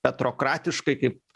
petrokratiškai kaip